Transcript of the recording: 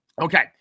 okay